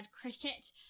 cricket